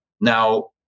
now